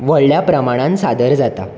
व्हडल्या प्रमाणान सादर जाता